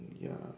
ya